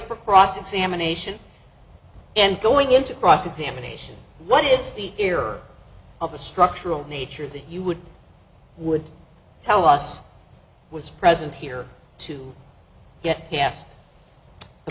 for cross examination and going into cross examination what is the error of a structural nature that you would would tell us was present here to get past